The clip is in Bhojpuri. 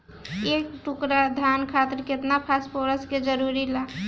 दु एकड़ धान खातिर केतना फास्फोरस के जरूरी होला?